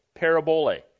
Parabole